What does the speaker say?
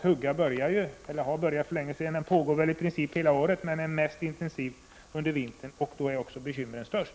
Huggningen pågår väl hela året, men den mest intensiva perioden är under vintern, och då är också bekymren störst.